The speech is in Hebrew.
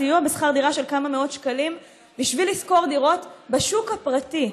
סיוע בשכר דירה של כמה מאות שקלים בשביל לשכור דירות בשוק הפרטי,